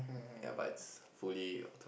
ya but it's fully